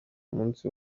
musi